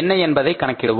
என்ன என்பதை கணக்கிடுவோம்